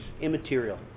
immaterial